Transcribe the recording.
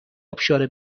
ابشار